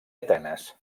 atenes